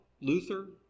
Luther